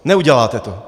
Neuděláte to!